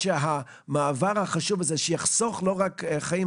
המעבר החשוב הזה יחסוך לא רק חיים,